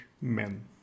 Men